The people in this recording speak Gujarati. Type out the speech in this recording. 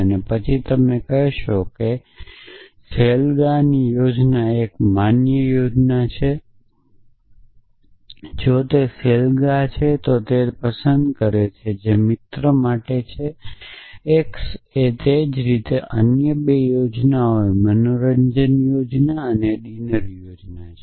અને પછી તમે કહી શકો કે આઉટિંગની યોજના એક માન્ય યોજના છે અહી f એ મિત્ર છે જે આઉટિંગ પસંદ કરે છે તે જ રીતે અન્ય 2 યોજનાઓ મનોરંજન યોજના અને ડિનર યોજના છે